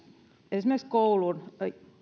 esimerkiksi koulun